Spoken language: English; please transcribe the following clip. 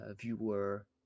viewer